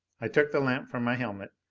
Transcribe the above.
i took the lamp from my helmet.